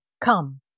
Come